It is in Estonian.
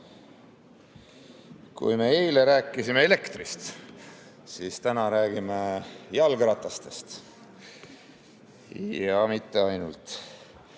Kui me eile rääkisime elektrist, siis täna räägime jalgratastest, ja mitte ainult.